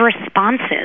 responses